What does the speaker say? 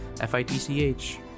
F-I-T-C-H